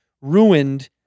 ruined